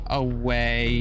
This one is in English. away